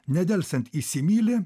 nedelsiant įsimyli